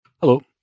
Hello